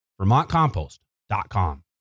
vermontcompost.com